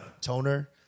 toner